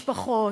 משפחות,